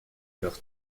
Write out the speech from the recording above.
leur